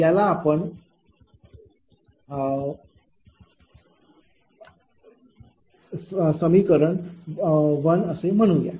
याला आपण समीकरण असे म्हणूया